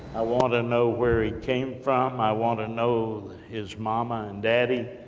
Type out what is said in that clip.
i want to know where he came from. i want to know his mama, and daddy.